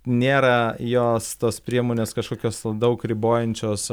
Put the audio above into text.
nėra jos tos priemonės kažkokios daug ribojančios